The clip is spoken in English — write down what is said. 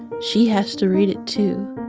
she has to read it, too.